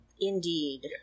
Indeed